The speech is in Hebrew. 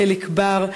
חיליק בר,